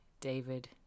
David